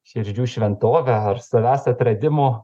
širdžių šventove ar savęs atradimo